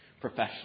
professional